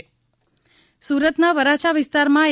સુરત આગ સુરતના વરાછા વિસ્તારમાં એ